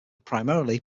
primarily